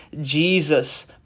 Jesus